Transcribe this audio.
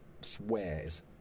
swears